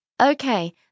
Okay